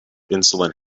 insulin